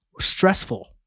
stressful